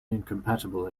incompatible